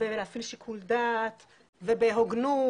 ולהפעיל שיקול דעת ובהוגנות,